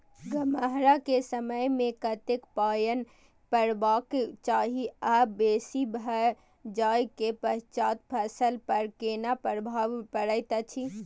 गम्हरा के समय मे कतेक पायन परबाक चाही आ बेसी भ जाय के पश्चात फसल पर केना प्रभाव परैत अछि?